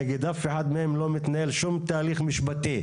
נגד אף אחד מהם לא מתנהל שום הליך משפטי.